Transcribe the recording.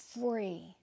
free